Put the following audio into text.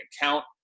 account